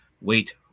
wait